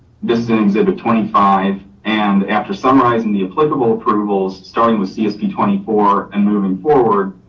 this is an exhibit twenty five and after summarizing the applicable approvals, starting with csp twenty four and moving forward,